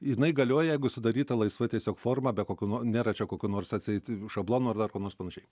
jinai galioja jeigu sudaryta laisva tiesiog forma be kokių no nėra čia kokių nors atseit šablonų ar dar ko nors panašiai